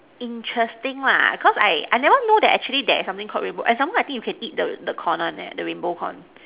interesting lah cause I I never know that actually there's something called rainbow and some more I think you can eat the the corn leh the the rainbow corn